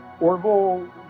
Orville